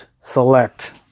select